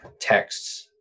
texts